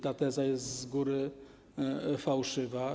Ta teza jest z góry fałszywa.